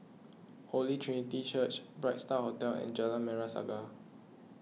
Holy Trinity Church Bright Star Hotel and Jalan Merah Saga